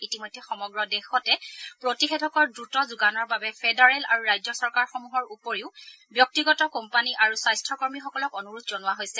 ইতিমধ্যে সমগ্ৰ দেশতে প্ৰতিষেধকৰ দ্ৰুত যোগানৰ বাবে ফেডাৰেল আৰু ৰাজ্য চৰকাৰসমূহৰ উপৰিও ব্যক্তিগত কোম্পানী আৰু স্বাস্থকৰ্মীসকলক অনুৰোধ জনোৱা হৈছে